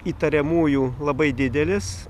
įtariamųjų labai didelis